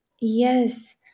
yes